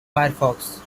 firefox